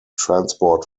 transport